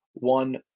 One